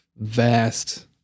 vast